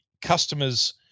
customer's